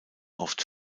oft